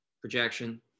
projection